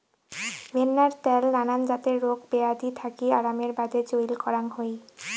ভেন্নার ত্যাল নানান জাতের রোগ বেয়াধি থাকি আরামের বাদে চইল করাং হই